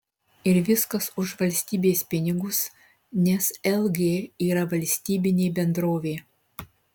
ir viskas už valstybės pinigus nes lg yra valstybinė bendrovė